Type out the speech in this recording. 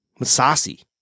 Masasi